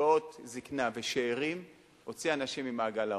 בקצבאות זיקנה ושאירים הוציאה אנשים ממעגל העוני.